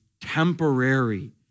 temporary